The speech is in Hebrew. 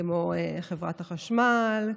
כמו חברת החשמל,